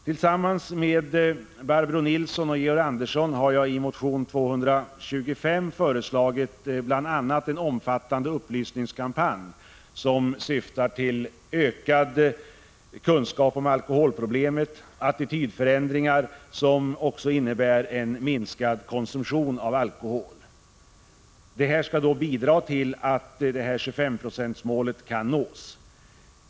Tillsammans med Barbro Nilsson och Georg Andersson har jag i motion 225 föreslagit bl.a. en omfattande upplysningskampanj, som syftar till ökad kunskap om alkoholproblemet samt till attitydförändringar, vilka innebär en minskad konsumtion av alkohol. Det skall bidra till att 25-procentsmålet kan nås.